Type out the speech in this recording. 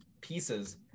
pieces